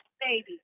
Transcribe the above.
baby